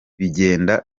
bigenda